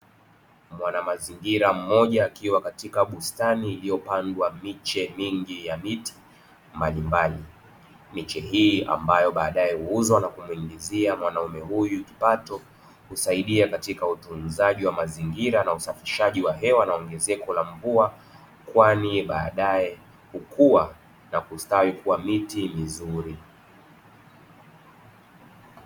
Mwanamazingira mmoja akiwa katika bustani iliyopandwa miche mingi ya miti mbalimbali. Miche hii ambayo baadaye huuzwa na kumuingizia mwanaume huyu kipato, husaidia katika utunzaji wa mazingira na usafishaji wa hewa na ongezeko la mvua,y kwani baadae hukua na kustawi kuwa miti mizuri.